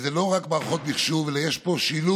זה לא רק מערכות מחשוב, אלא יש פה שילוב